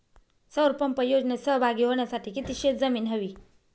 सौर पंप योजनेत सहभागी होण्यासाठी किती शेत जमीन हवी?